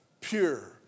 pure